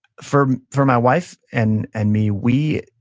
for for my wife and and me, we,